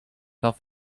off